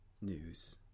news